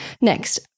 Next